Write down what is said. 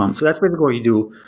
um so that's really what we do.